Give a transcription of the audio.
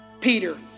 Peter